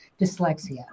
dyslexia